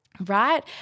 right